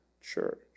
church